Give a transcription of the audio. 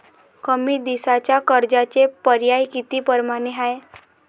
कमी दिसाच्या कर्जाचे पर्याय किती परमाने हाय?